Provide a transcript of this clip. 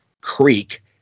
creek